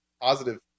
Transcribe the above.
positive